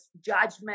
judgment